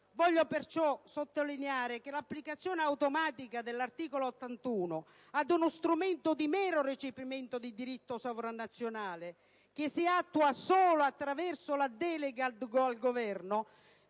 Voglio perciò sottolineare che l'applicazione automatica dell'articolo 81 della Costituzione ad uno strumento di mero recepimento di diritto sovranazionale, che si attua solo attraverso la delega al Governo,